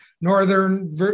Northern